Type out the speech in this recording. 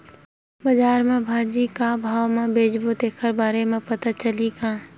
बजार में भाजी ल का भाव से बेचबो तेखर बारे में पता चल पाही का?